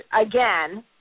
again